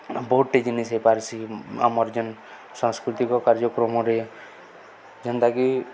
ବହୁତ୍ଟେ ଜିନିଷ୍ ହେଇପାର୍ସି ଆମର୍ ଯେନ୍ ସାଂସ୍କୃତିକ କାର୍ଯ୍ୟକ୍ରମରେ ଯେନ୍ତାକି